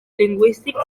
lingüístics